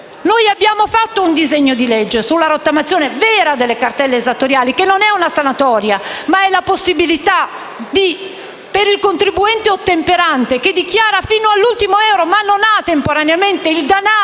Noi abbiamo presentato un disegno di legge per una rottamazione vera delle cartelle esattoriali, che non è una sanatoria, ma dà la possibilità al contribuente ottemperante, che dichiara fino all'ultimo euro ma temporaneamente non ha il